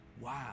wow